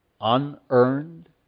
unearned